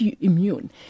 immune